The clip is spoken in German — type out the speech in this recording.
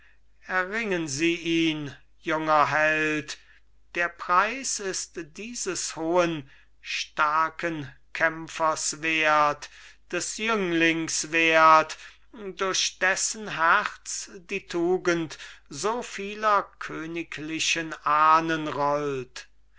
erringen sie ihn junger held der preis ist dieses hohen starken kämpfers wert des jünglings wert durch dessen herz die tugend so vieler königlichen ahnen rollt